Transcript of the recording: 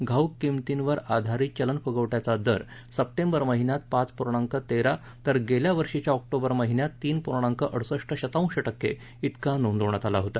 घाऊक किंमतेवर आधारित चलन फुगवट्याचा दर सप्टेंबर महिन्यात पाच पूर्णांक तेरा तर गेल्या वर्षीच्या ऑक्टोबर महिन्यात तीन पूर्णांक अडुसष्ठ शतांश टक्के इतका नोंदवण्यात आला होता